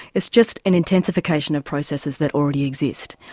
it's just an intensification of processes that already exist.